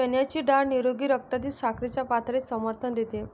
चण्याची डाळ निरोगी रक्तातील साखरेच्या पातळीस समर्थन देते